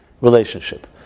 relationship